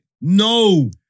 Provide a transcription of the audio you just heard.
No